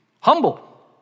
humble